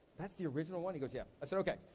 that's the original one? he goes yeah. i said okay.